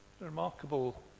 Remarkable